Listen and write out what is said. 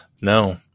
No